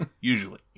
usually